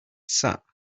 sap